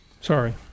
Sorry